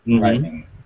Right